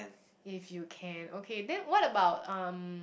if you can okay then what about um